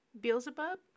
Beelzebub